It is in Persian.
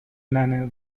ننه